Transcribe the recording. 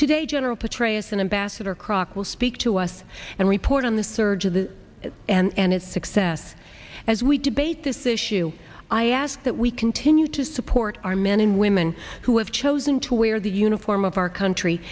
today general petraeus and ambassador crocker will speak to us and report on the surge of the and its success as we debate this issue i ask that we continue to support our men and women who have chosen to wear the uniform of our country